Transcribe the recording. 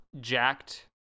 jacked